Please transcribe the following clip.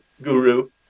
Guru